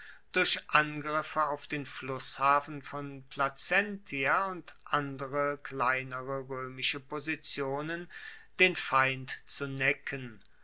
durch angriffe auf den flusshafen von placentia und andere kleinere roemische positionen den feind zu necken